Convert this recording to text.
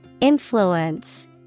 Influence